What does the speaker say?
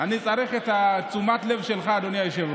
היום תורך לבקש אאודי.